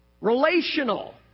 relational